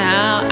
Now